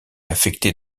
affectée